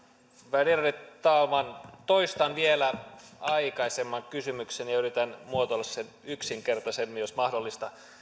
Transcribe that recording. värderade talman toistan vielä aikaisemman kysymykseni ja yritän muotoilla sen yksinkertaisemmin jos mahdollista